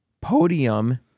podium